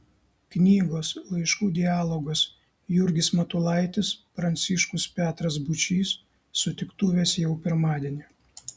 knygos laiškų dialogas jurgis matulaitis pranciškus petras būčys sutiktuvės jau pirmadienį